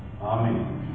Amen